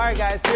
um guys,